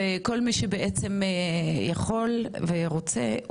וכל מי שבעצם יכול ורוצה,